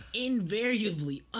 invariably